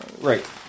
Right